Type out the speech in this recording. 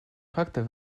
фактор